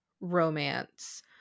romance